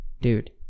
Dude